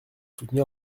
soutenir